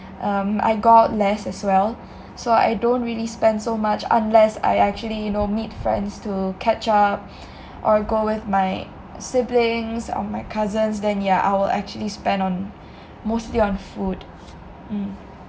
um I go out less as well so I don't really spend so much unless I actually you know meet friends to catch up or go with my siblings or my cousins then yah I will actually spend on mostly on food mm